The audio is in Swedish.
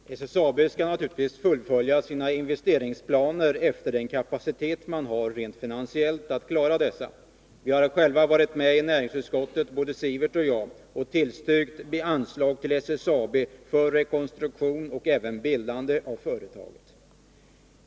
Fru talman! SSAB skall naturligtvis fullfölja sina investeringsplaner efter den kapacitet företaget rent finansiellt har för att klara dessa. Både Sivert Andersson och jag har i näringsutskottet tillstyrkt anslag till SSAB för rekonstruktion och även för bildandet av företaget.